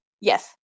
Yes